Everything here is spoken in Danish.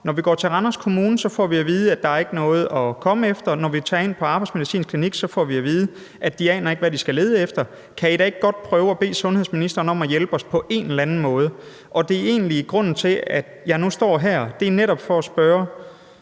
Når de går til Randers Kommune, får de at vide, at der ikke er noget at komme efter, og når de tager ind på arbejdsmedicinsk klinik, får de at vide, at man ikke aner, hvad man skal lede efter. Så de spørger altså, om ikke godt vi kan prøve at bede sundhedsministeren om at hjælpe dem på en eller anden måde. Det er egentlig grunden til, at jeg nu står her, altså netop for at spørge